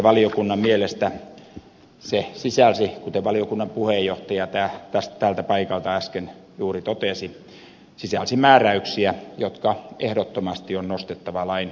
valiokunnan mielestä se sisälsi kuten valiokunnan puheenjohtaja tältä paikalta äsken juuri totesi määräyksiä jotka ehdottomasti on nostettava lain tasolle